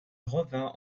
revint